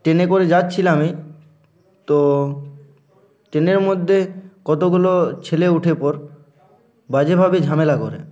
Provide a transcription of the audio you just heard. ট্রেনে করে যাচ্ছিলাম আমি তো টেনের মধ্যে কতোগুলো ছেলে উঠে পর বাজেভাবে ঝামেলা করে